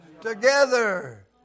together